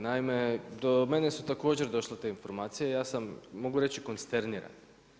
Naime, do mene su također došle te informacije, ja sam, mogu reći konsterniran.